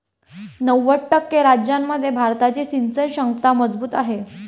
नव्वद टक्के राज्यांमध्ये भारताची सिंचन क्षमता मजबूत आहे